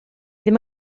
ddim